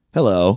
Hello